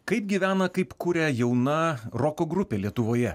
kaip gyvena kaip kuria jauna roko grupė lietuvoje